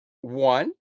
one